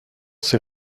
ces